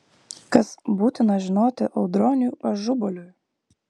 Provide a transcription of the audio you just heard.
kas būtina žinoti audroniui ažubaliui